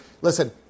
listen